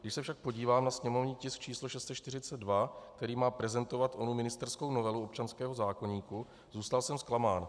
Když se však podívám na sněmovní tisk č. 642, který má prezentovat onu ministerskou novelu občanského zákoníku, zůstal jsem zklamán.